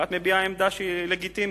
ואת מביעה עמדה שהיא לגיטימית.